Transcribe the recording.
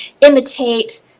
imitate